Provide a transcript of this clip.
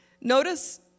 Notice